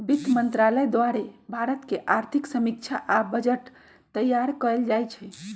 वित्त मंत्रालय द्वारे भारत के आर्थिक समीक्षा आ बजट तइयार कएल जाइ छइ